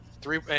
Three